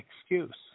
excuse